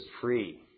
free